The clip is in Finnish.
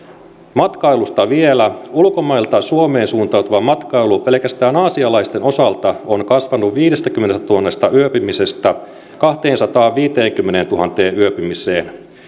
matkailusta vielä ulkomailta suomeen suuntautuva matkailu pelkästään aasialaisten osalta on kasvanut viidestäkymmenestätuhannesta yöpymisestä kahteensataanviiteenkymmeneentuhanteen yöpymiseen